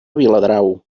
viladrau